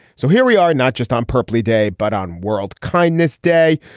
so here we are not just on purposely day but on world kindness day.